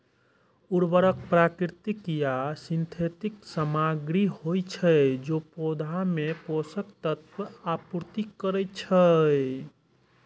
उर्वरक प्राकृतिक या सिंथेटिक सामग्री होइ छै, जे पौधा मे पोषक तत्वक आपूर्ति करै छै